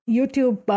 YouTube